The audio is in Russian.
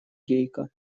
гейка